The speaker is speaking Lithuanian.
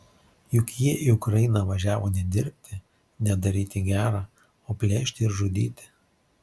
juk jie į ukrainą važiavo ne dirbti ne daryti gera o plėšti ir žudyti